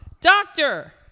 Doctor